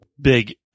big